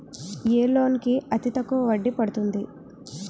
ఏ loan కి అతి తక్కువ వడ్డీ పడుతుంది?